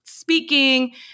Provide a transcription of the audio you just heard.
Speaking